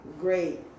great